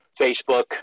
Facebook